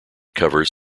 covers